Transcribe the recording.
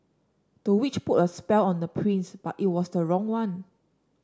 the witch put a spell on the prince but it was the wrong one